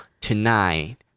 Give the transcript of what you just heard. tonight